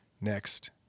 next